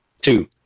Two